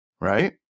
right